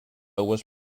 was